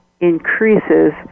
increases